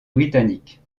britannique